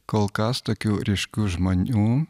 kol kas tokių ryškių žmonių